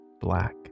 black